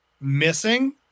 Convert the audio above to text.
missing